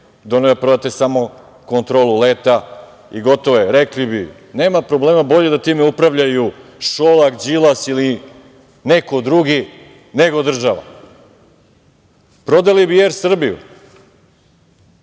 je da prodate samo Kontrolu leta i rekli bi – nema problema, bolje da time upravljaju Šolak, Đilas ili neko drugi nego država. Prodali bi i „Er Srbiju“,